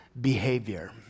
behavior